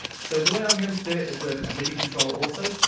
so the way i'm going to do it is with a midi control also,